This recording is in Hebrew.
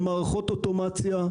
במערכות אוטומציה,